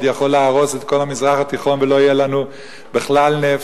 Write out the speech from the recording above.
שעוד יכול להרוס את כל המזרח התיכון ולא יהיה לנו בכלל נפט,